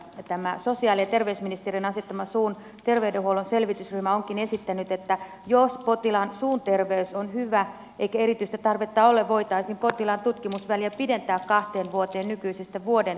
tämä sosiaali ja terveysministeriön asettama suun terveydenhuollon selvitysryhmä onkin esittänyt että jos potilaan suun terveys on hyvä eikä erityistä tarvetta ole voitaisiin potilaan tutkimusväliä pidentää kahteen vuoteen nykyisestä vuoden tutkimusvälistä